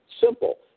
Simple